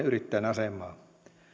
yrittäjän asemaa